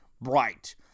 bright